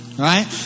Right